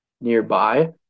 nearby